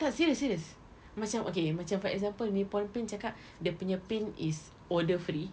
tak serious serious macam okay macam for example Nippon Paint cakap dia punya paint is odour-free